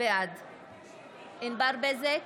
בעד ענבר בזק,